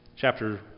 Chapter